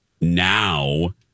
now